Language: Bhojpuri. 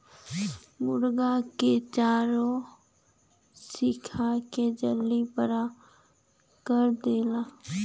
मुरगा के चारा खिया के जल्दी बड़ा कर देवल जाला